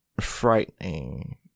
frightening